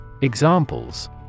Examples